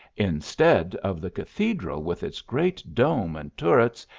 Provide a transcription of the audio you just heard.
instead of the cathedral with its great dome and turrets,